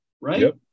right